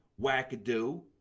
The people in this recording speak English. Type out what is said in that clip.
wackadoo